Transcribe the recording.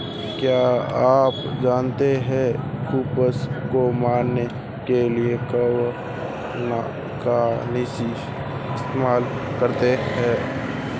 क्या आप जानते है फफूंदी को मरने के लिए कवकनाशी इस्तेमाल करते है?